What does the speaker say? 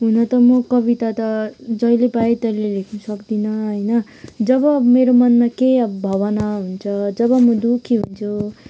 हुन त म कविता त जहिले पाए तहिले लिख्नु सक्दिनँ होइन जब मेरो मनमा केही अब भावना हुन्छ जब म दुःखी हुन्छु